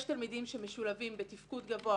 יש תלמידים שמשולבים בתפקוד גבוה,